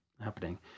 happening